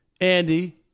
Andy